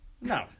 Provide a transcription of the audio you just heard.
no